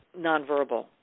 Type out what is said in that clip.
nonverbal